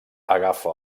agafa